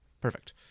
Perfect